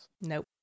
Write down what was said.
Nope